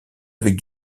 avec